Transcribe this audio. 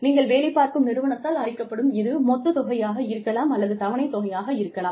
நீங்கள் வேலை பார்க்கும் நிறுவனத்தால் அளிக்கப்படும் இது மொத்த தொகையாக இருக்கலாம் அல்லது தவணைத்தொகையாக இருக்கலாம்